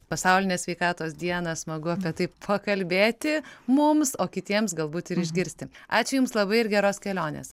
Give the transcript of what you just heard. pasaulinę sveikatos dieną smagu apie tai pakalbėti mums o kitiems galbūt ir išgirsti ačiū jums labai ir geros kelionės